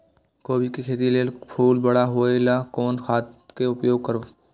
कोबी के खेती लेल फुल बड़ा होय ल कोन खाद के उपयोग करब?